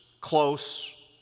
close